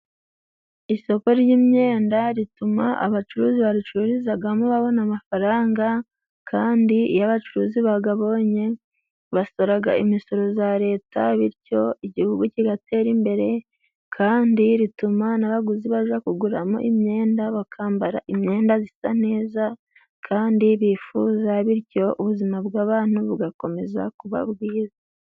Isoko ry'imyenda rituma abacuruzi baricururizagamo babona amafaranga kandi iyo abacuruzi bagabonye basoraga imisoro za leta bityo igihugu kigatera imbere kandi rituma nabaguzi baja kuguramo imyenda bakambara imyenda zisa neza kandi bifuza bityo ubuzima bw'abantu bugakomeza kuba bwiza.